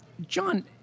John